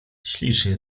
ślicznie